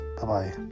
Bye-bye